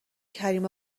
کریم